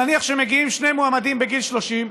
נניח שמגיעים שני מועמדים בגיל 30,